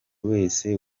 wese